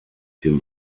two